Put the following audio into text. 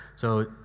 so,